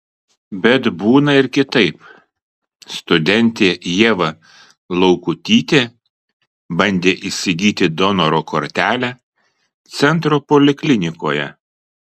bet būna ir kitaip studentė ieva laukutytė bandė įsigyti donoro kortelę centro poliklinikoje